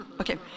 okay